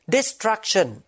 Destruction